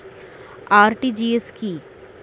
RTGS কি?